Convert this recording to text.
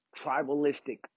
tribalistic